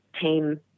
team